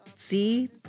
see